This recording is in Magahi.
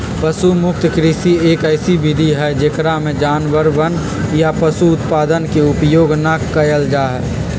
पशु मुक्त कृषि, एक ऐसी विधि हई जेकरा में जानवरवन या पशु उत्पादन के उपयोग ना कइल जाहई